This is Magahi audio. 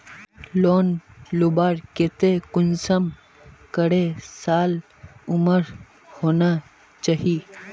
लोन लुबार केते कुंसम करे साल उमर होना चही?